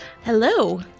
Hello